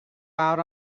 out